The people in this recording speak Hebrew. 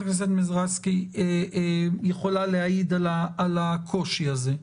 הכנסת מזרסקי יכולה להעיד על הקושי הזה.